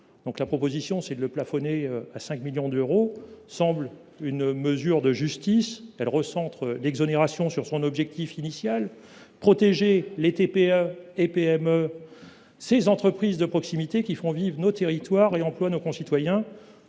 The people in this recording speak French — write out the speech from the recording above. proposition de le plafonner à 5 millions d’euros serait une mesure de justice. Elle recentre l’exonération sur son objectif initial, à savoir protéger les TPE et PME, ces entreprises de proximité qui font vivre nos territoires et emploient nos concitoyens.